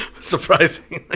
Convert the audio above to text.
Surprisingly